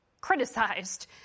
criticized